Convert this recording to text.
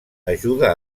ajuda